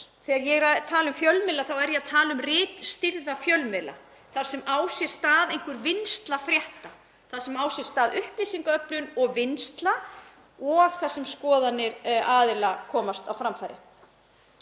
Þegar ég er að tala um fjölmiðla þá er ég að tala um ritstýrða fjölmiðla þar sem á sér stað vinnsla frétta, þar sem á sér stað upplýsingaöflun og vinnsla og þar sem skoðanir aðila komast á framfæri.